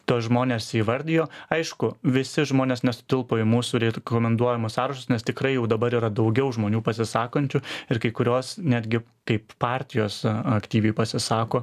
tuos žmones įvardijo aišku visi žmonės nesutilpo į mūsų rikomenduojamus sąrašus nes tikrai jau dabar yra daugiau žmonių pasisakančių ir kai kurios netgi kaip partijos aktyviai pasisako